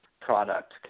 product